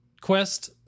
quest